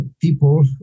people